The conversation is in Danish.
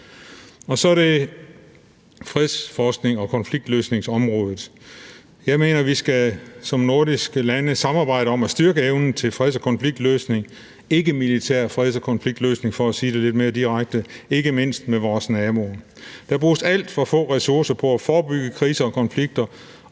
Så går jeg til fredsforsknings– og konfliktløsningsområdet. Jeg mener, at vi som nordiske lande skal samarbejde om at styrke evnen til freds- og konfliktløsning – ikkemilitær freds- og konfliktløsning for at sige det lidt mere direkte – ikke mindst med vores naboer. Der bruges alt for få ressourcer på at forebygge kriser og konflikter